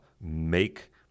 make